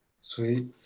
sweet